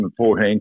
2014